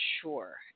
sure